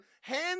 hands